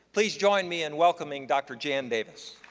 please join me in welcoming dr. jan davis.